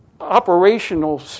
operational